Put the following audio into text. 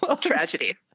Tragedy